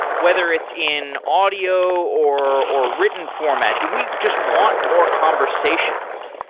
whether it's in audio or or written format? do we just want more conversations?